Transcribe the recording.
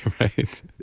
right